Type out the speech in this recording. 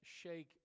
Shake